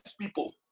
people